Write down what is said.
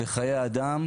לחיי אדם,